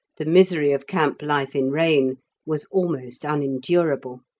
the misery of camp life in rain was almost unendurable.